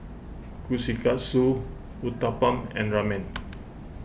Kushikatsu Uthapam and Ramen